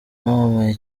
wamamaye